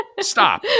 stop